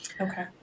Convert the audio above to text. Okay